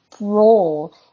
role